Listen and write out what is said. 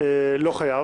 לא, לא חייב.